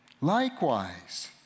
Likewise